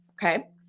Okay